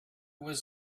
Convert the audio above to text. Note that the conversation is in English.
was